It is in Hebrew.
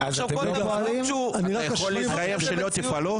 אתה יכול להתחייב שלא תפעלו?